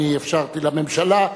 אני אפשרתי לממשלה,